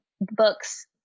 books